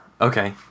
Okay